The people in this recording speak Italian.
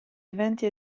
eventi